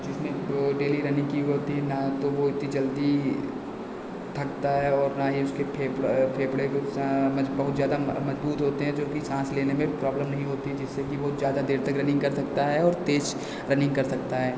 जिसने daily running की होती ना तो वह इतनी जल्दी थकता है और ना ही उसके फेफड़ा फेफड़े बहुत ज़्यादा मजबूत होते हैं जो कि सांस लेने में प्रॉब्लम नहीं होती जिससे वह कि ज़्यादा देर तक रनिंग कर सकता है और तेज रनिंग कर सकता है